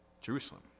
Jerusalem